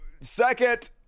second